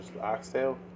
oxtail